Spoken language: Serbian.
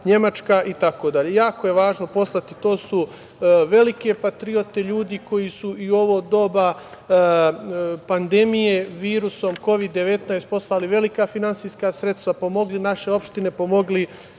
Nemačka itd. Jako je važno poslati poruku, to su velike patriote, ljudi koji su i u ovo doba pandemije virusom Kovid 19 poslali velika finansijska sredstva, pomogli naše opštine, pomogli